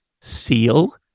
Seal